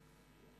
תודה.